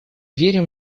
верим